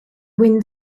wind